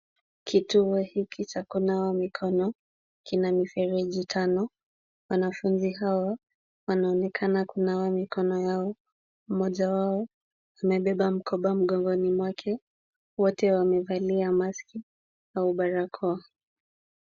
Kituo hiki cha kunawa mikono, kina mifereji tano. Wanafunzi hawa wanaonekana kunawa mikono yao, mmoja wao amebeba mkoba mgongoni mwake. Wote wamevalia maski[cs au barakoa.